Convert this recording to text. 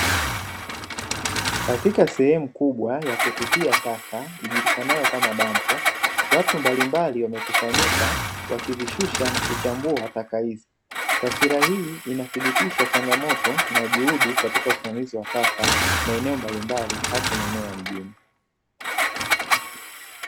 Katika sehemu kubwa ya kutupia taka ijulikanayo kama dampo, watu mbalimbali wamekusanyika wakizishusha na kuchambua taka hizi, taswira hii inathibitisha changamoto na juhudi katika usimamizi wa taka maeneo mbalimbali hasa maeneo ya mjini.